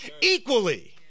equally